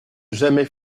jamais